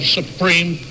supreme